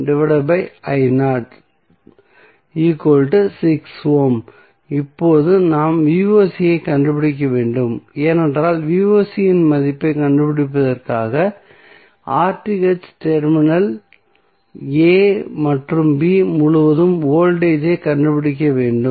Ω இப்போது நாம் யைக் கண்டுபிடிக்க வேண்டும் ஏனென்றால் யின் மதிப்பைக் கண்டுபிடிப்பதற்காக டெர்மினல் a மற்றும் b முழுவதும் வோல்டேஜ் ஐ கண்டுபிடிக்க வேண்டும்